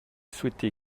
souhaité